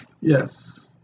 Yes